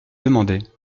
demander